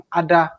ada